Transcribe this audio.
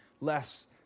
less